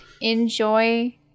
enjoy